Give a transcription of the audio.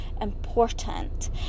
important